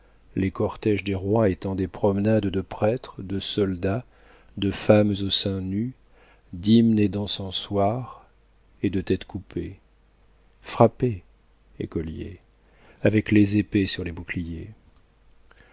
les cortèges des rois étant des promenades de prêtres de soldats de femmes aux seins nus d'hymnes et d'encensoirs et de têtes coupées frappez écoliers avec les épées sur les boucliers